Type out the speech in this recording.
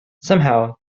somehow